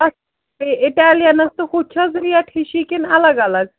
اَچھ بیٚیہِ اِٹیلیَنَس تہٕ ہُتھ چھِ حظ ریٹ ہِشی کِن اَلگ اَلگ